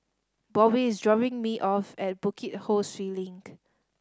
Bobbie is dropping me off at Bukit Ho Swee Link